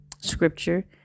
scripture